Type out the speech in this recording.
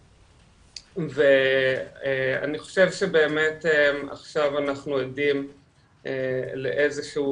אני חושב שבאמת עכשיו אנחנו עדים לאיזשהו